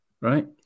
right